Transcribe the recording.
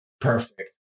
perfect